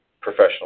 professional